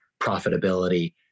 profitability